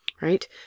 right